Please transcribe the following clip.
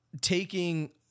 taking